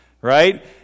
Right